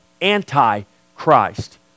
anti-Christ